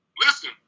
listen